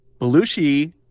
Belushi